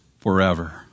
forever